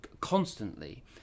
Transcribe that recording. constantly